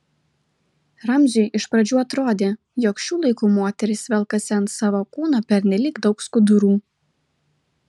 ramziui iš pradžių atrodė jog šių laikų moterys velkasi ant savo kūno pernelyg daug skudurų